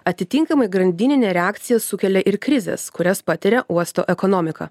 atitinkamai grandininė reakcija sukelia ir krizes kurias patiria uosto ekonomika